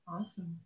Awesome